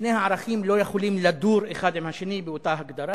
שני הערכים לא יכולים לדור אחד עם השני באותה הגדרה.